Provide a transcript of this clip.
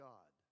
God